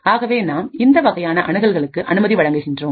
ஆகவே நாம் இந்த வகையான அணுகல்களுக்கு அனுமதி வழங்குகின்றோம்